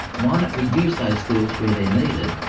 why don't we use those skills where they are needed?